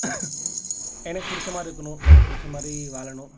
எனக்கு பிடிச்ச மாதிரி இருக்கணும் எனக்கு பிடிச்ச மாதிரி வாழணும்